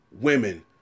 women